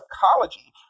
psychology